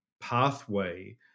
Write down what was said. pathway